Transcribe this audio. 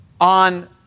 on